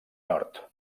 nord